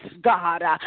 God